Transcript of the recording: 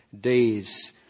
days